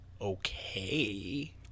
Okay